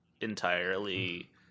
entirely